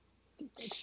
Stupid